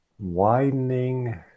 widening